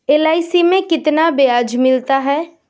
LIC में कितना ब्याज मिलता है?